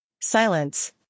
Silence